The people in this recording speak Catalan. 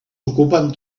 ocupen